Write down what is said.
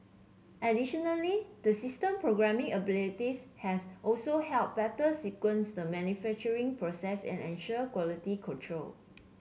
additionally the system programming abilities have also helped better sequence the manufacturing process and ensure quality control